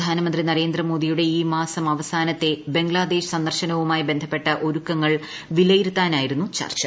പ്രധാനമന്ത്രി നരേന്ദ്രമോദിയുടെ ഈ മാസം അവസാനത്തെ ബംഗ്ലാദേശ് സന്ദർശനവുമായി ബന്ധപ്പെട്ട ഒരുക്കങ്ങൾ വിലയിരുത്തുന്നതിനായിരുന്നു ചർച്ചു